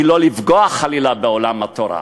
היא לא לפגוע חלילה בעולם התורה.